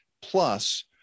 Plus